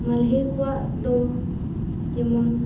ᱢᱟᱹᱦᱞᱤ ᱠᱚᱣᱟᱜ ᱫᱚ ᱡᱮᱢᱚᱱ